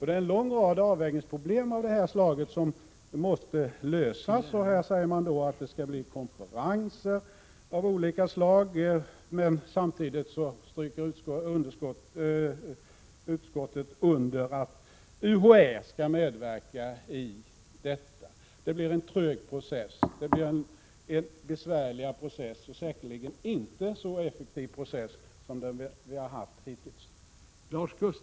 Det är en rad avvägningsproblem av det här slaget som måste lösas. Här säger man att det skall bli konferenser av olika slag, men samtidigt stryker utskottet under att UHÄ skall medverka. Det blir en trög process, det blir en besvärligare process och det blir säkerligen inte en så effektiv process som den vi har haft hittills.